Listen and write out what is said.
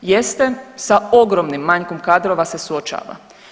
Jeste, sa ogromnim manjkom kadrova se suočava.